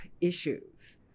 issues